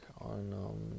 on